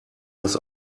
das